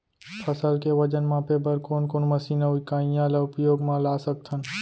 फसल के वजन मापे बर कोन कोन मशीन अऊ इकाइयां ला उपयोग मा ला सकथन?